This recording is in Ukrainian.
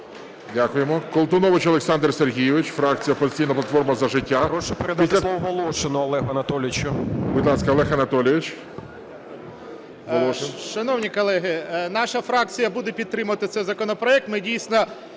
Дякуємо. Колтунович Олександр Сергійович, фракція "Опозиційна платформа – За життя".